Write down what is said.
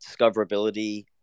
discoverability